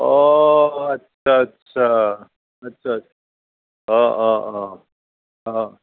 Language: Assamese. অঁ আচ্ছা আচ্ছা আচ্ছা অঁ অঁ অঁ